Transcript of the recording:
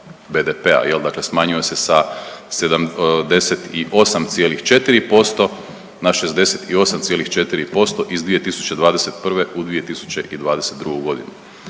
BDP-a jel dakle smanjio se sa 78,4% na 68,4% iz 2021. u 2022.g..